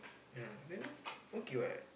ya then okay what